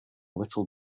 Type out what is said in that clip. little